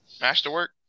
masterwork